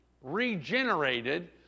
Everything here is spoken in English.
regenerated